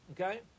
Okay